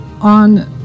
on